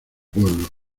pueblo